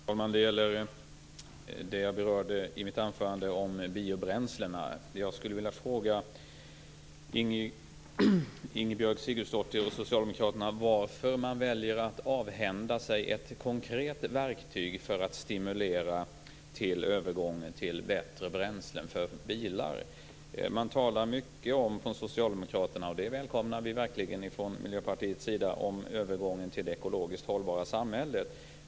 Herr talman! Det gäller det jag berörde i mitt anförande om biobränslen. Jag skulle vilja fråga Ingebjörg Sigurdsdóttir och Socialdemokraterna varför man väljer att avhända sig ett konkret verktyg för att stimulera övergången till bättre bränslen för bilar. Socialdemokraterna talar mycket - det välkomnar vi verkligen från Miljöpartiets sida - om övergången till det ekologiskt hållbara samhället.